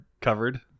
covered